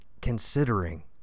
considering